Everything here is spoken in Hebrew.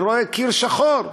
אני רואה קיר שחור.